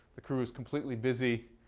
the crew is completely busy,